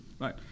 Right